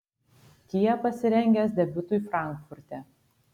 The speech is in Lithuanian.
kia pasirengęs debiutui frankfurte